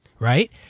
Right